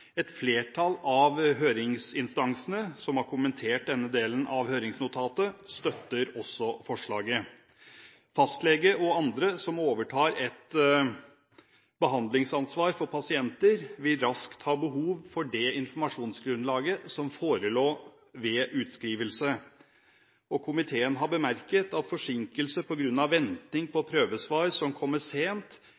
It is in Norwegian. Et flertall av høringsinstansene som har kommentert denne delen av høringsnotatet, støtter også forslaget. Fastlege og andre som overtar et behandlingsansvar for pasienter, vil raskt ha behov for det informasjonsgrunnlaget som forelå ved utskrivelse, og komiteen har bemerket at forsinkelse på grunn av venting på